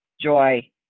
joy